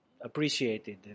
appreciated